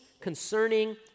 concerning